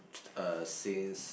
uh since